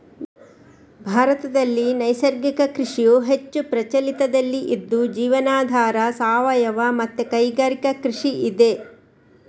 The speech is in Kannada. ಭಾರತದಲ್ಲಿ ನೈಸರ್ಗಿಕ ಕೃಷಿಯು ಹೆಚ್ಚು ಪ್ರಚಲಿತದಲ್ಲಿ ಇದ್ದು ಜೀವನಾಧಾರ, ಸಾವಯವ ಮತ್ತೆ ಕೈಗಾರಿಕಾ ಕೃಷಿ ಇದೆ